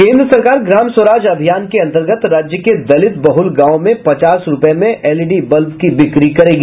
केन्द्र सरकार ग्राम स्वराज अभियान के अन्तर्गत राज्य के दलित बहल गांव में पचास रूपये में एलईडी बल्ब की बिक्री करेंगी